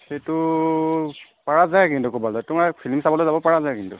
সেইটো পৰা যায় কিন্তু ক'বালে তোমাৰ ফ্লিম চাবলৈ যাব পৰা যায় কিন্তু